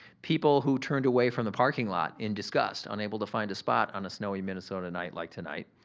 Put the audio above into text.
people who turned away from the parking lot in disgust unable to find a spot on a snowy minnesota night like tonight.